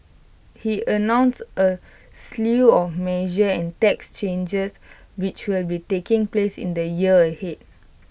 he announced A slew of measures and tax changes which will be taking place in the year ahead